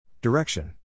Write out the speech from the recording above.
Direction